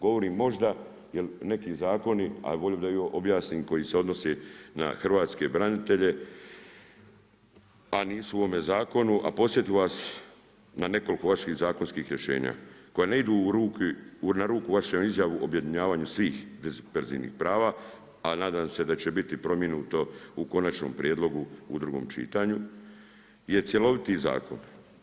Govorim možda jer neki zakoni, a volio bi da objasnim koji se odnose na hrvatske branitelje, a nisu u ovome zakonu, a podsjetio bih vas na nekoliko vaših zakonskih rješenja koja ne idu na ruku vaše izjave o objedinjavanju svih disperzivnih prava, a nadam se da će biti promjenuto u konačnom prijedlogu u drugom čitanju je cjeloviti zakon.